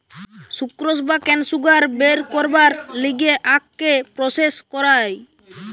sucrose বা কেন sugar বের করবার লিগে আখকে প্রসেস করায়